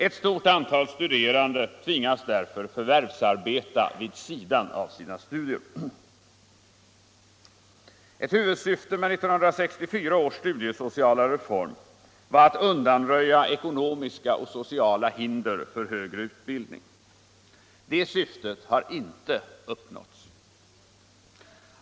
Ett stort antal studerande tvingas därför att förvärvsarbeta vid sidan av sina studier. Ett huvudsyfte med 1964 års studiesociala reform var att undanröja ekonomiska och sociala hinder för högre utbildning. Det syftet har inte uppnåtts.